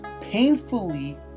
painfully